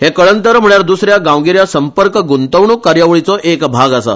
हे कळंतर म्हळ्यार द्रसऱ्या गांवगिऱ्या संपर्क ग्रंतवण्क कार्यावळीचो एक भाग आसा